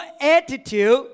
attitude